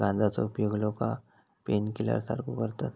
गांजाचो उपयोग लोका पेनकिलर सारखो करतत